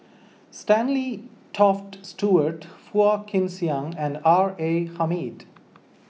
Stanley Toft Stewart Phua Kin Siang and R A Hamid